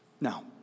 Now